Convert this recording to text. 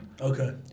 Okay